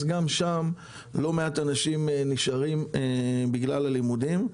אז גם שם לא מעט אנשים נשארים בגלל הלימודים.